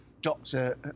Doctor